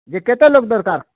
ଯେ କେତେ ଲୋକ୍ ଦରକାର୍